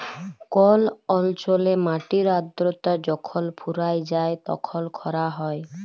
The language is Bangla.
কল অল্চলে মাটির আদ্রতা যখল ফুরাঁয় যায় তখল খরা হ্যয়